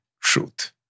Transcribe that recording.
truth